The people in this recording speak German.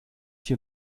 hier